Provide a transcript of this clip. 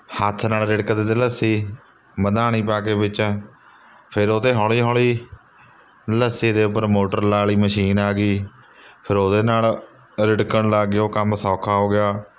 ਹੱਥ ਨਾਲ ਰਿੜਕਦੇ ਅਤੇ ਲੱਸੀ ਮਧਾਣੀ ਪਾ ਕੇ ਵਿੱਚ ਫਿਰ ਓਹਤੇ ਹੋਲੀ ਹੋਲੀ ਲੱਸੀ ਦੇ ਉੱਪਰ ਮੋਟਰ ਲਾਲੀ ਮਸ਼ੀਨ ਆ ਗਈ ਫਿਰ ਉਹਦੇ ਨਾਲ ਰਿੜਕਣ ਲੱਗ ਗਏ ਉਹ ਕੰਮ ਸੌਖਾ ਹੋ ਗਿਆ